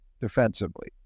defensively